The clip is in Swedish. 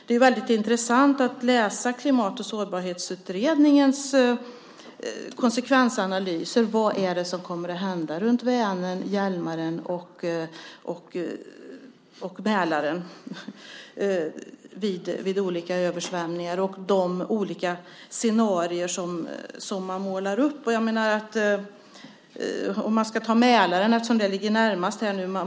Det är väldigt intressant att läsa Klimat och sårbarhetsutredningens konsekvensanalyser av vad som kommer att hända runt Vänern, Hjälmaren och Mälaren vid olika översvämningar och vid de olika scenarier som målas upp. Vi kan ta Mälaren eftersom den ligger närmast.